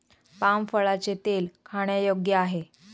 palm फळाचे तेल खाण्यायोग्य आहे